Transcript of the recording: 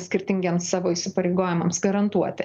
skirtingiems savo įsipareigojimams garantuoti